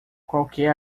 qualquer